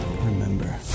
Remember